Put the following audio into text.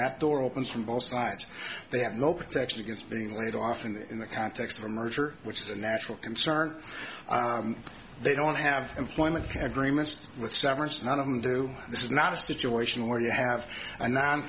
that door opens from both sides they have no protection against being laid off and in the context of a merger which is a natural concern they don't have employment had agreements with severance none of them do this is not a situation where you have a non